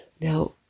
Now